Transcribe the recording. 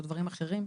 או דברים אחרים.